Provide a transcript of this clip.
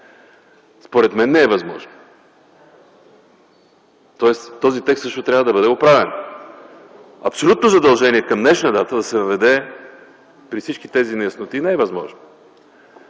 според мен не е възможно, тоест текстът трябва да бъде оправен! Абсолютно задължение към днешна дата да се въведе при всички тези неясноти не е възможно.